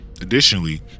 Additionally